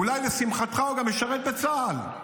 --- אולי לשמחתך הוא גם ישרת בצה"ל,